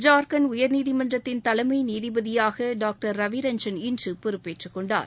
ஜார்க்கண்ட் உயர்நீதிமன்றத்தின் தலைமை நீதிபதியாக ரவிரஞ்சன் இன்று பொறுப்பேற்றுக்கொண்டார்